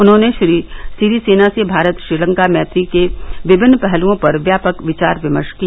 उन्होंने श्री सिरसेना से भारत श्रीलंका मैत्री के विभिन्न पहलुओं पर व्यापक विचार विमर्श किया